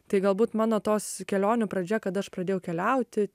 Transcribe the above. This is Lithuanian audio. tai galbūt mano tos kelionių pradžia kada aš pradėjau keliauti